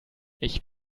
ich